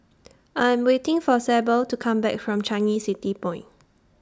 I Am waiting For Sable to Come Back from Changi City Point